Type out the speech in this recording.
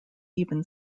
even